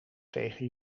tegen